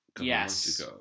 Yes